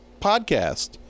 podcast